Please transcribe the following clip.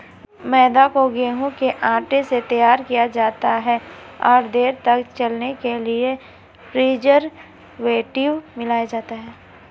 मैदा को गेंहूँ के आटे से तैयार किया जाता है और देर तक चलने के लिए प्रीजर्वेटिव मिलाया जाता है